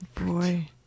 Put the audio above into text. Boy